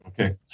Okay